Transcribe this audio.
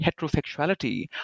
heterosexuality